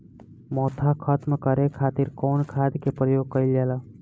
मोथा खत्म करे खातीर कउन खाद के प्रयोग कइल जाला?